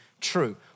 True